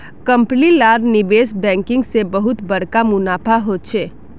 company लार निवेश banking से बहुत बड़का मुनाफा होचे